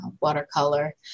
watercolor